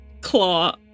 claw